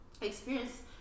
experience